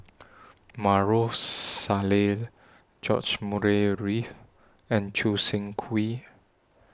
Maarof Salleh George Murray Reith and Choo Seng Quee